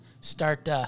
Start